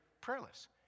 prayerless